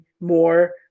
more